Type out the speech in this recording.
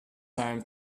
time